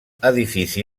edifici